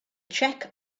check